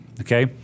okay